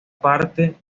parte